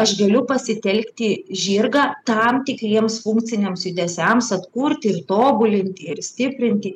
aš galiu pasitelkti žirgą tam tikriems funkciniams judesiams atkurti ir tobulinti ir stiprinti